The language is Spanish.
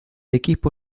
equipo